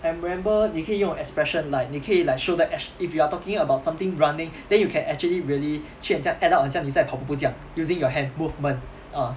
I remember 你可以用 expression like 你可以 like show the acti~ if you are talking about something running then you can actually really 去很像 act 到你很像在跑步这样 using your hand movement ah